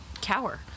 cower